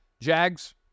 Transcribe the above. Jags